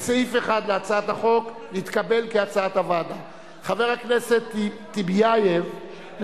סיעת מרצ וחבר הכנסת ג'מאל זחאלקה לא נתקבלה.